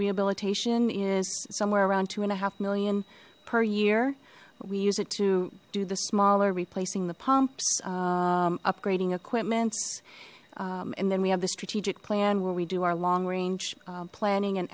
rehabilitation is somewhere around two and a half million per year we use it to do the smaller replacing the pumps upgrading equipments and then we have the strategic plan where we do our long range planning an